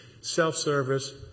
Self-service